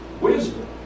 wisdom